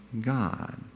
God